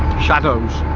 shadows.